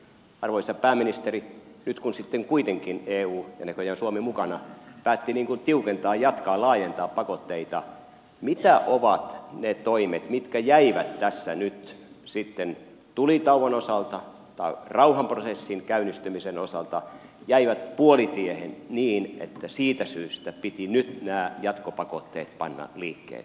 arvoisa pääministeri nyt kun sitten kuitenkin eu ja näköjään suomi mukana päätti tiukentaa jatkaa laajentaa pakotteita mitä ovat ne toimet mitkä jäivät tässä nyt sitten tulitauon osalta tai rauhanprosessin käynnistymisen osalta puolitiehen niin että siitä syystä piti nyt nämä jatkopakotteet panna liikkeelle